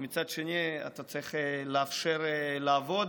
ומצד שני אתה צריך לאפשר לעבוד,